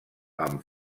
amb